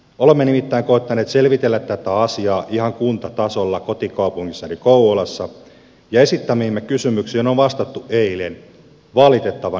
olemme nimittäin koettaneet selvitellä tätä asiaa ihan kuntatasolla kotikaupungissani kouvolassa ja esittämiimme kysymyksiin on vastattu eilen valitettavan ylimalkaisesti